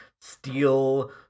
steal